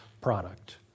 product